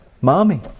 mommy